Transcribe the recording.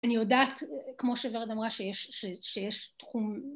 אני יודעת, כמו שוורד אמרה, שיש תחום